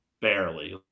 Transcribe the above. Barely